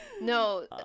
No